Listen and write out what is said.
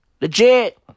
Legit